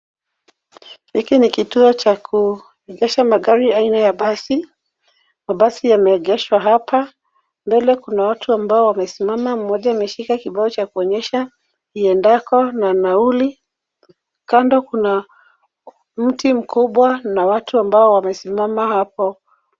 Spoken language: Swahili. Hiki ni kituo cha kuegesha magari aina ya basi. Mabasi yameegeshwa hapa, mbele kuna watu ambao wamesimama, mmoja ameshika kibao cha kuonyesha iendako na nauli. Kando kuna mti mkubwa na watu ambao wamesimama hapo.